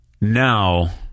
now –